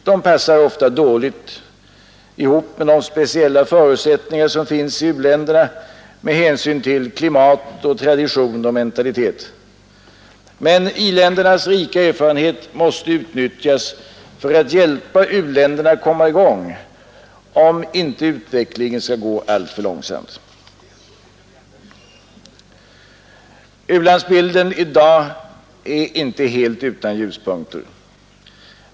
De passar ofta dåligt ihop med de speciella förutsättningar som finns i u-länderna med hänsyn till klimat, tradition och mentalitet. Men i-ländernas rika erfarenhet måste utnyttjas för att hjälpa u-länderna att komma i gång, om inte utvecklingen skall gå alltför långsamt. U-landsbilden av i dag är inte helt utan ljuspunkter.